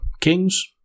Kings